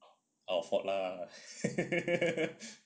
our fault lah